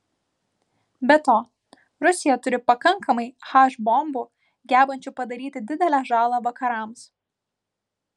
be to rusija turi pakankamai h bombų gebančių padaryti didelę žalą vakarams